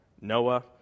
Noah